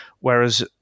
Whereas